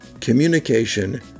Communication